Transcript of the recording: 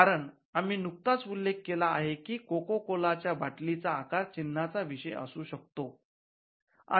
कारण आम्ही नुकताच उल्लेख केला आहे की कोका कोलाच्या बाटलीचा आकार चिन्हाचा विषय असू शकतो